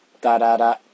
da-da-da